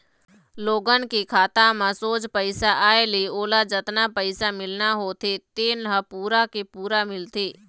लोगन के खाता म सोझ पइसा आए ले ओला जतना पइसा मिलना होथे तेन ह पूरा के पूरा मिलथे